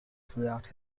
throughout